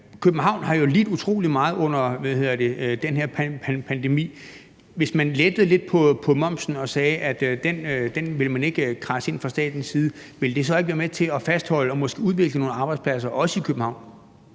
København har jo lidt utrolig meget under den her pandemi. Hvis man lettede lidt på momsen og sagde, at den vil man ikke kradse ind fra statens side, ville det så ikke være med til at fastholde og måske udvikle nogle arbejdspladser også i København?